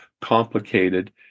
complicated